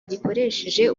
gikoresheje